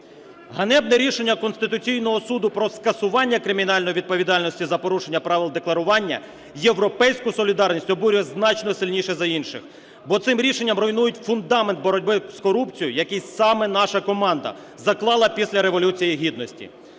Ганебне рішення Конституційного Суду про скасування кримінальної відповідальності за порушення правил декларування "Європейську солідарність" обурює значно сильніше за інших, бо цим рішенням руйнують фундамент боротьби з корупцією, який саме наша команда заклала після Революції Гідності.